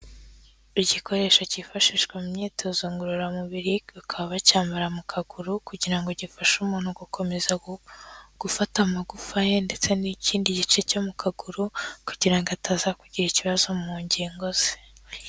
Igikoresho cyifashishwa mu myitozo ngororamubiri, bakaba bacyambara mu kaguru, kugira ngo gifashe umuntu gukomeza gufata amagufa ye ndetse n'ikindi gice cyo mu kaguru, kugira ngo ataza kugira ikibazo mu ngingo ze.